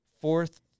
Fourth